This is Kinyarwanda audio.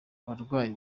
abarwayi